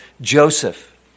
Joseph